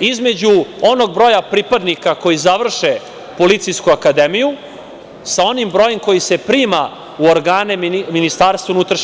između onog broja pripadnika koji završe policijsku akademiju sa onim brojem koji se prima u organe MUP.